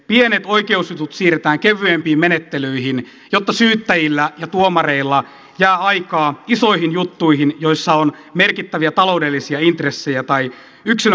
pienet oikeusjutut siirretään kevyempiin menettelyihin jotta syyttäjillä ja tuomareilla jää aikaa isoihin juttuihin joissa on merkittäviä taloudellisia intressejä tai yksilön koskemattomuudesta kysymys